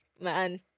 man